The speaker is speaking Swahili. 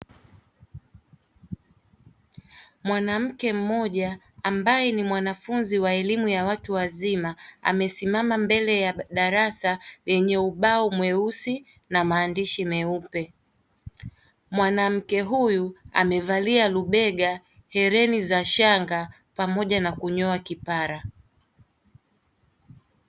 Mwanamke mmoja ambaye ni mwanafunzi wa elimu ya watu wazima amesimama mbele ya darasa lenye ubao mweusi na maandishi meupe mwanamke huyu amevalia rubega hereni za shanga pamoja na kunyoa kipara.